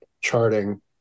charting